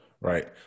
Right